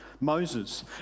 moses